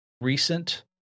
recent